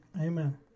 amen